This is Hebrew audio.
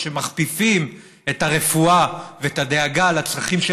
זה שמכפיפים את הרפואה ואת הדאגה לצרכים של